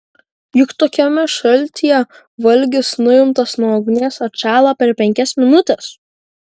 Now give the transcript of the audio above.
juk tokiame šaltyje valgis nuimtas nuo ugnies atšąla per penkias minutes